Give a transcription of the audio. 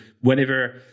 whenever